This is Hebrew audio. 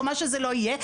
או מה שזה לא יהיה.